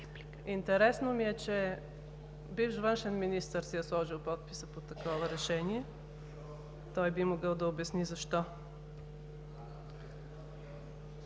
Интересно ми е, че бивш външен министър си е сложил подписа под такова решение. Той би могъл да обясни защо.